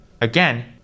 again